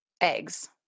eggs